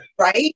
Right